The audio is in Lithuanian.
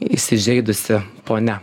įsižeidusi ponia